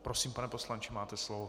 Prosím, pane poslanče, máte slovo.